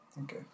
Okay